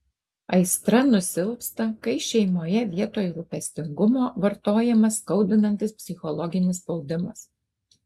aistra nusilpsta kai šeimoje vietoj rūpestingumo vartojamas skaudinantis psichologinis spaudimas